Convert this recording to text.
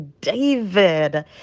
David